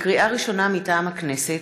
לקריאה ראשונה, מטעם הכנסת: